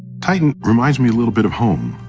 titan reminds me a little bit of home.